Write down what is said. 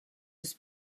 eus